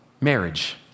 Marriage